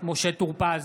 משה טור פז,